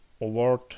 award